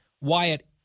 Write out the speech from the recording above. Wyatt